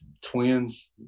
twins